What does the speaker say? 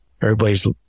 Everybody's